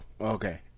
okay